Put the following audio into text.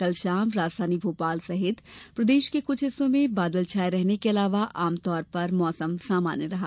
कल शाम राजधानी भोपाल सहित प्रदेश के कुछ हिस्सों में बादल छाये रहने के अलावा आमतौर पर मौसम सामान्य रहा